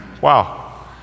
wow